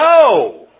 No